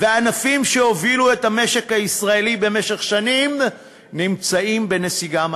והענפים שהובילו את המשק הישראלי במשך שנים נמצאים בנסיגה מדהימה.